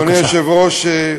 אדוני היושב-ראש,